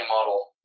model